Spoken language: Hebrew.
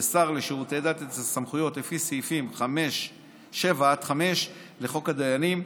לשר לשירותי דת את הסמכויות לפי סעיפים 5 7 לחוק הדיינים,